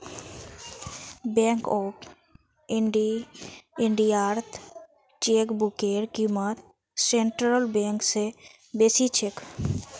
bank of इंडियात चेकबुकेर क़ीमत सेंट्रल बैंक स बेसी छेक